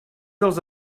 dels